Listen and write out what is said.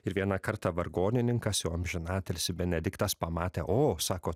ir vieną kartą vargonininkas jau amžinatilsį benediktas pamatė o sako